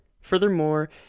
Furthermore